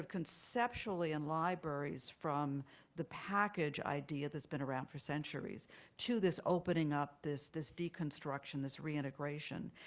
conceptually in libraries from the package idea that's been around for centuries to this opening up, this this deconstruction, this reintegration?